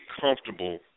comfortable